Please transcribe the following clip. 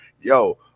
Yo